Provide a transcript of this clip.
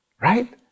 right